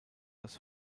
his